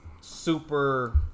super